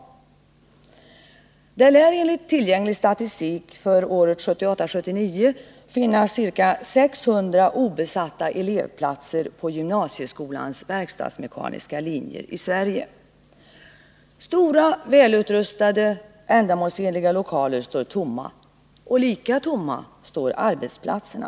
Det Nr 30 lär enligt tillgänglig statistik för läsåret 1978/79 finnas ca 600 obesatta Fredagen den elevplatser på gymnasieskolans verkstadsmekaniska linjer i Sverige. Stora, 16 november 1979 välutrustade och ändamålsenliga lokaler står tomma. Och lika tomma står arbetsplatserna.